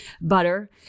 butter